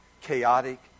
chaotic